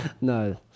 No